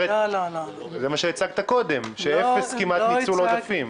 כך הצגת קודם, שיש כמעט אפס ניצול עודפים.